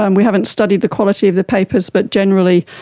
um we haven't studied the quality of the papers but generally,